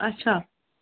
اَچھا